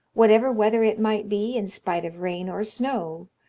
whatever weather it might be, in spite of rain or snow,